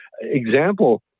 example